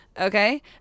Okay